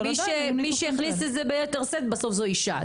ומי שהכניס את זה ביתר שאת בסוף זו אישה.